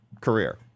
career